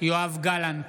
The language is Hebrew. יואב גלנט,